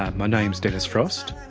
ah my name is denis frost,